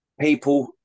people